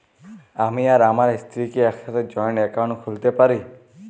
আমি আর আমার স্ত্রী কি একসাথে জয়েন্ট অ্যাকাউন্ট খুলতে পারি?